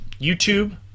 YouTube